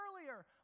earlier